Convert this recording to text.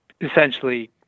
essentially